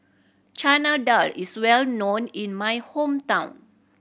Chana Dal is well known in my hometown